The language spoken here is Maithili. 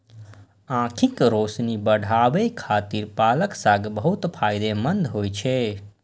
आंखिक रोशनी बढ़ाबै खातिर पालक साग बहुत फायदेमंद होइ छै